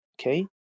Okay